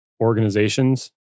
organizations